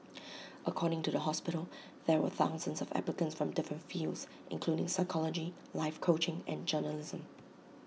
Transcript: according to the hospital there were thousands of applicants from different fields including psychology life coaching and journalism